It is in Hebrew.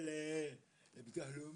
לפחות,